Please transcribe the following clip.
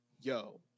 yo